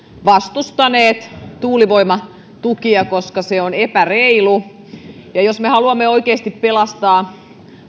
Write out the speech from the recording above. vastustaneet tuulivoimatukia koska ne ovat epäreiluja jos me haluamme oikeasti pelastaa